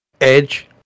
edge